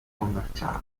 commerciale